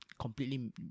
completely